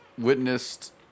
Witnessed